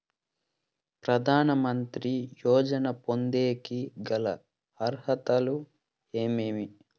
ప్రధాన మంత్రి యోజన పొందేకి గల అర్హతలు ఏమేమి?